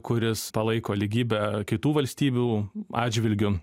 kuris palaiko lygybę kitų valstybių atžvilgiu